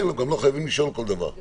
כן, וגם לא חייבים לשאול כל דבר.